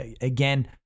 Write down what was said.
again